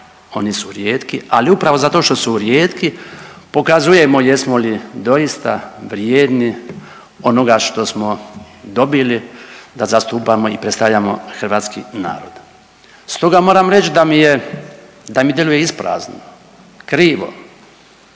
Oni su rijetku, ali upravo zato što su rijetki pokazujemo jesmo li doista vrijedni onoga što smo dobili da zastupamo i predstavljamo hrvatski narod. Stoga moram reć da mi je, da mi djeluje isprazno, krivo